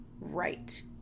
Right